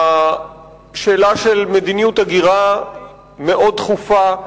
השאלה של מדיניות הגירה היא מאוד דחופה.